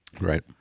Right